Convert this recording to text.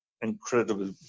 incredible